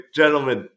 gentlemen